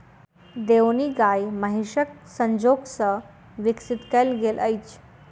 देओनी गाय महीसक संजोग सॅ विकसित कयल गेल अछि